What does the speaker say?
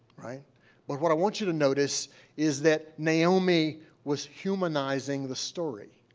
but what i want you to notice is that naomi was humanizing the story.